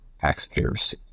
taxpayers